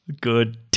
Good